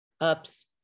ups